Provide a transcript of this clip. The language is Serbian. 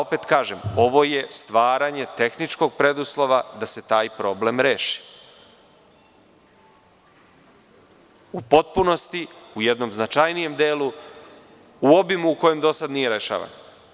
Opet kažem, ovo je stvaranje tehničkog preduslova da se taj problem reši, u potpunosti, u jednom značajnijem delu, u obimu u kojem do sada nije rešavan.